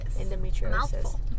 Endometriosis